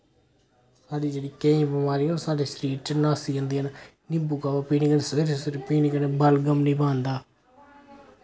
साढ़ी जेह्ड़ी केईं बमारियां न ओ साढ़े सरीर चो नस्सी जन्दियां न निम्बू कावा पीने कन्नै सवेरे सवेरे पीने कन्नै बलगम नि बनदा